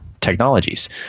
technologies